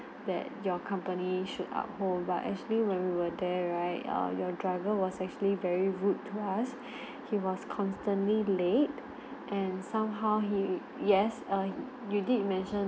that your company should uphold but actually when we were there right err your driver was actually very rude to us he was constantly late and somehow he yes err you did mention